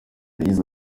yagize